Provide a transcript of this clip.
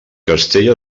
castell